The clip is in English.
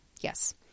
Yes